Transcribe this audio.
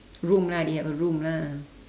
room lah they have a room lah